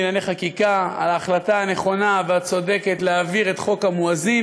לענייני חקיקה על ההחלטה הנכונה והצודקת להעביר את חוק המואזין,